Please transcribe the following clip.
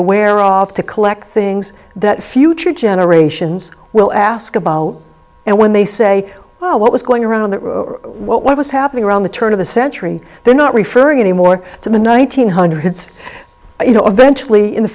aware off to collect things that future generations will ask about and when they say what was going around that what was happening around the turn of the century they're not referring anymore to the one thousand hundreds